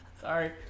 Sorry